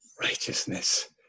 righteousness